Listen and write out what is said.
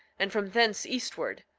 and from thence eastward,